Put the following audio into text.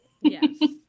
Yes